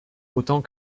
autant